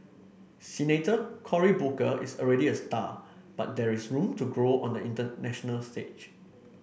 Senator Cory Booker is already a star but there is room to grow on the national stage